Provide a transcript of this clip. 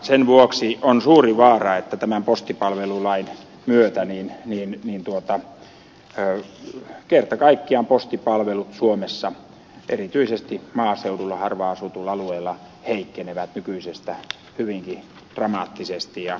sen vuoksi on suuri vaara että tämän postipalvelulain myötä kerta kaikkiaan postipalvelut suomessa erityisesti maaseudulla harvaanasutuilla alueilla heikkenevät nykyisestä hyvinkin dramaattisesti